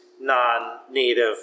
non-native